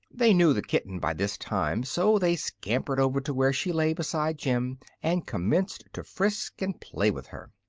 they knew the kitten, by this time, so they scampered over to where she lay beside jim and commenced to frisk and play with her.